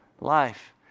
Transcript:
life